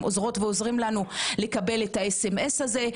עוזרות ועוזרים לנו לקבל את המסרון הזה.